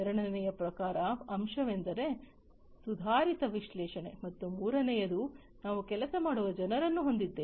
ಎರಡನೆಯ ಪ್ರಮುಖ ಅಂಶವೆಂದರೆ ಸುಧಾರಿತ ವಿಶ್ಲೇಷಣೆ ಮತ್ತು ಮೂರನೆಯದು ನಾವು ಕೆಲಸ ಮಾಡುವ ಜನರನ್ನು ಹೊಂದಿದ್ದೇವೆ